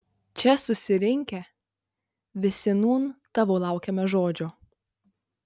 čia susirinkę visi nūn tavo laukiame žodžio